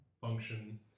function